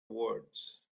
words